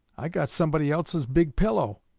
i got somebody else's big pillow,